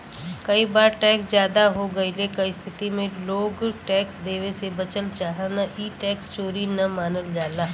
कई बार टैक्स जादा हो गइले क स्थिति में लोग टैक्स देवे से बचल चाहन ई टैक्स चोरी न मानल जाला